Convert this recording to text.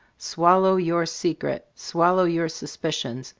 swallow your secret! swallow your suspicions!